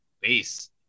base